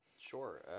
Sure